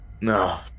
No